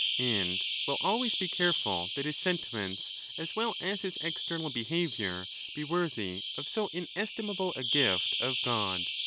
and will always be careful that his. sentiments as well as his external behaviour be worthy of so inestimable a gift of god.